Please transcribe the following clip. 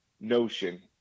notion